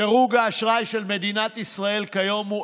דירוג האשראי של מדינת ישראל כיום הוא